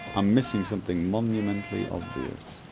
i'm missing something monumentally obvious